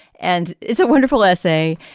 and it's a wonderful essay.